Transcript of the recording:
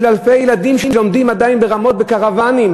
של אלפי ילדים שלומדים עדיין ברמות בקרוונים,